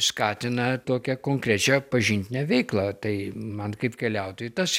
skatina tokią konkrečią pažintinę veiklą tai man kaip keliautojui tas